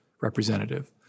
representative